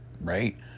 Right